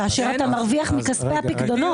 כאשר אתה מרוויח מכספי הפיקדונות.